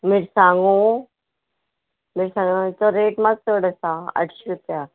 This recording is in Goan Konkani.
मिरसांगो मिरसांगाचो रेट मात चड आसा आठशीं रुपया